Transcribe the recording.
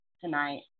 tonight